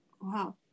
wow